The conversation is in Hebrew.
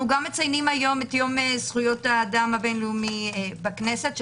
אנחנו גם מציינים היום את יום זכויות האדם הבין-לאומי בכנסת,